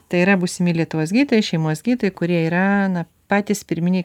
tai yra būsimi lietuvos gydytojai šeimos gydytojai kurie yra na patys pirminiai